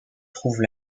trouvent